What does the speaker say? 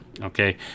okay